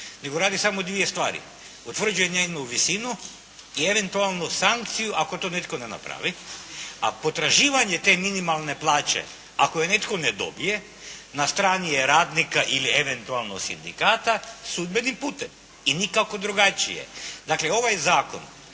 nego radi samo dvije stvari. Utvrđuje njenu visinu i eventualno sankciju ako to netko ne napravi a potraživanje te minimalne plaće ako je netko ne dobije na strani je radnika ili eventualno sindikata sudbenim putem, i nikako drugačije. Dakle, ovaj zakon